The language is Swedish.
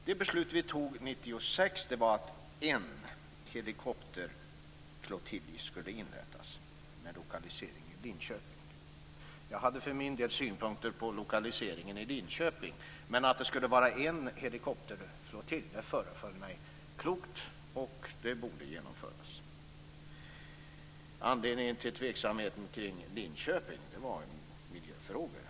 Det beslut vi fattade 1996 var att en helikopterflottilj skulle inrättas med lokalisering i Linköping. Jag hade för min del synpunkter på lokaliseringen i Linköping, men att det skulle vara en helikopterflottilj föreföll mig klokt. Det borde genomföras. Anledningen till tveksamheten till Linköping var miljöfrågor.